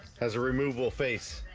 has a removable face.